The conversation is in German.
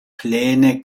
pläne